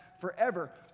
forever